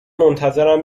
منتظرم